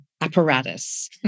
apparatus